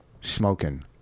Smoking